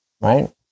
Right